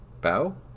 bow